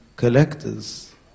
collectors